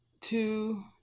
two